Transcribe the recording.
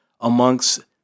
amongst